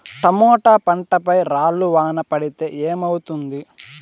Tomato పంట పై రాళ్లు వాన పడితే ఏమవుతుంది?